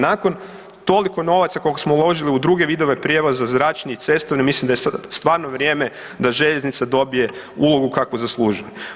Nakon toliko novaca koliko smo uložili u druge vidove prijevoza zračni i cestovni mislim da je stvarno vrijeme da željeznica dobije ulogu kakvu zaslužuje.